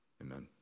amen